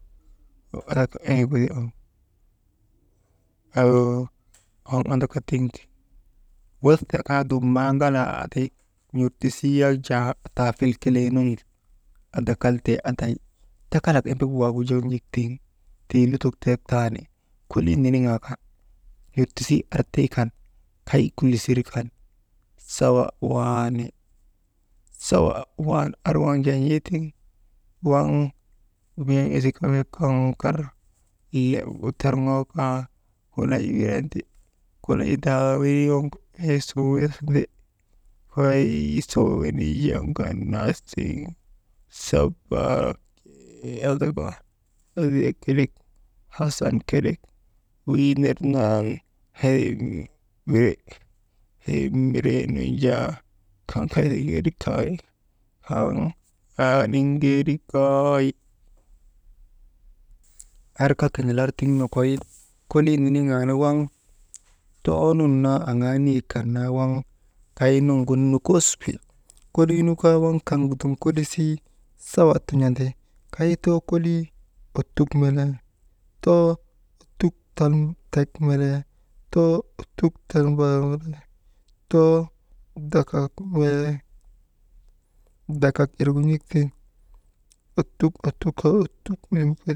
«Hesitation» wasa kaa dum maa ŋalaa n̰ortisii yak jaa ataafil kelee nuŋgu, adakaltee aday, takalak embek waagu jaa n̰ek tiŋ tii lutok tek taa ni, kolii niniŋaa kan, n̰ortisii artii kan, kay kulisir kan, sawa waani, sawa wan ar waŋ jaa n̰ee tiŋ waŋ bee ila kamiyak an kar lew torŋoo kaa kulay wirandi, kulay daa irii waŋgu ey sun wisndi, kulay suu wenii waŋ ŋannaa tiŋ chabaa mii ndaka endiregu li, wasn keri wii ner naa wi, «hesitation» haniŋgerik kay arka kinilar tiŋ nokoy kolii niniŋaa nu waŋ too nun naa aŋaa niyek kan naa waŋ kaynuŋgu nukos wi, kolii nu kaa waŋ kaŋgu dum kolii sawa tun̰andi, kay too kolii ottuk melee too ottuk tal tek melee, too ottuk tal mbaar melee too dakak melee, dakak irgu n̰ek tiŋ ottuk, ottuk kaa ottuk melek ti.